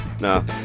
no